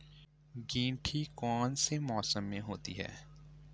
गेंठी कौन से मौसम में होती है?